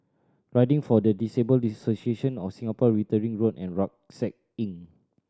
Riding for the Disabled Association of Singapore Wittering Road and Rucksack Inn